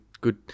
good